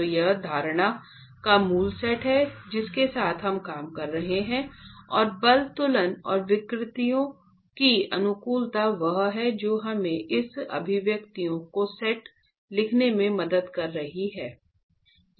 तो यह धारणाओं का मूल सेट है जिसके साथ हम काम कर रहे हैं और बल तुलन और विकृतियों की अनुकूलता वह है जो हमें इस अभिव्यक्तियों का सेट लिखने में मदद कर रही है